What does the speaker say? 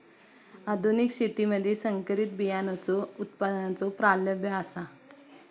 आधुनिक शेतीमधि संकरित बियाणांचो उत्पादनाचो प्राबल्य आसा